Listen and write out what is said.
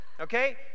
Okay